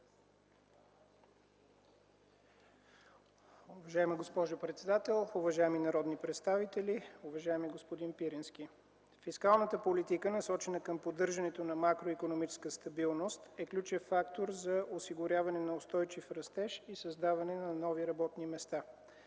Уважаема госпожо председател, уважаеми народни представители, уважаеми господин Пирински! Фискалната политика, насочена към поддържането на макроикономическа стабилност, е ключов фактор за осигуряване на устойчив растеж и създаване на нови работни места.